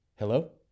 hello